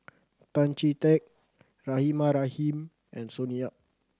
Tan Chee Teck Rahimah Rahim and Sonny Yap